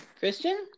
Christian